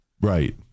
Right